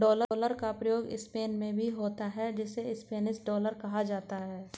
dollar का प्रयोग Spain में भी होता है जिसे स्पेनिश डॉलर कहा जाता है